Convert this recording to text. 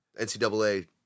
NCAA